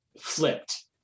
flipped